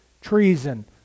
treason